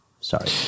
Sorry